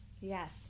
Yes